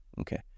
okay